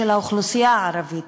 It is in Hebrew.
של האוכלוסייה הערבית,